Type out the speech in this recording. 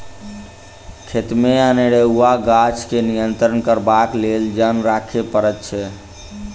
खेतमे अनेरूआ गाछ के नियंत्रण करबाक लेल जन राखय पड़ैत छै